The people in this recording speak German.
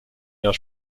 jahr